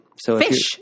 Fish